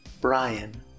Brian